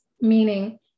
meaning